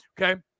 Okay